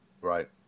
right